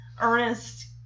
Ernest